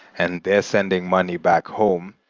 and they're sending money back home.